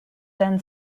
than